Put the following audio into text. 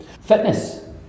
Fitness